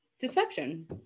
deception